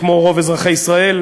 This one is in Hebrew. כמו רוב אזרחי מדינת ישראל,